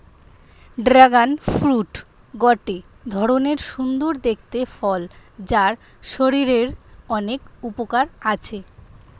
dragon fruit গটে ধরণের সুন্দর দেখতে ফল যার শরীরের অনেক উপকার আছে